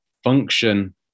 Function